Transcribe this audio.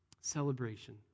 celebration